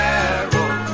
Carol